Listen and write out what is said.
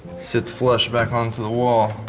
sits flush back onto the wall.